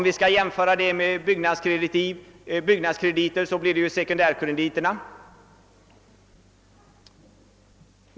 Vid en jämförelse med byggnadskrediter motsvarar detta sekundärkrediterna.